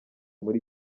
muri